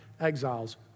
exiles